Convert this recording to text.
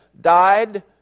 died